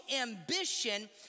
ambition